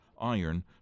iron